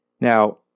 Now